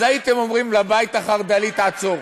אז הייתם אומרים לבית החרד"לי: תעצור.